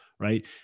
Right